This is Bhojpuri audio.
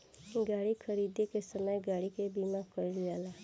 गाड़ी खरीदे के समय गाड़ी के बीमा कईल जाला